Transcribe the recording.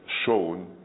shown